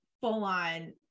full-on